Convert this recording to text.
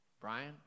Brian